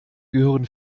gehören